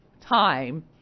time